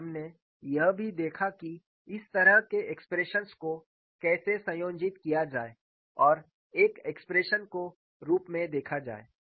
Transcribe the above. और हमने यह भी देखा कि इस तरह के एक्सप्रेशंस को कैसे संयोजित किया जाए और एक एक्सप्रेशन के रूप में देखा जाए